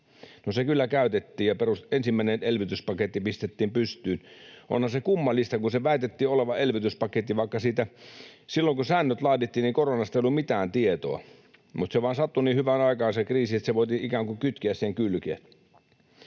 No, se kyllä käytettiin ja ensimmäinen elvytyspaketti pistettiin pystyyn. Onhan se kummallista, kun sen väitettiin olevan elvytyspaketti, vaikka silloin, kun säännöt laadittiin, koronasta ei ollut mitään tietoa, mutta se kriisi vain sattui niin hyvään aikaan, että se voitiin ikään kuin kytkeä sen kylkeen.